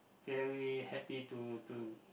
very happy to to